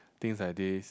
things like these